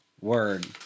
word